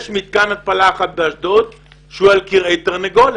יש מתקן התפלה אחד באשדוד שהוא אל כרעי תרנגולת.